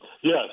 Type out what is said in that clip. Yes